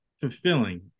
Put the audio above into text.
fulfilling